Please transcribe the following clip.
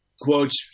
quotes